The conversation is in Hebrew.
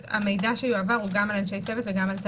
המידע שיועבר הוא גם על אנשי צוות וגם על תלמידים.